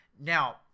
Now